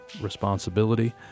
responsibility